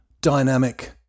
dynamic